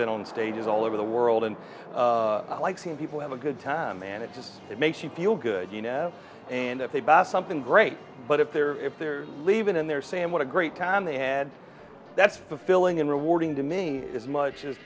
been on stages all over the world and i like seeing people have a good time managers it makes you feel good you know and if they bought something great but if they're if they're leaving and they're saying what a great time they had that's the filling and rewarding to me as much as